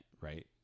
right